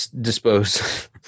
dispose